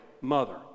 mother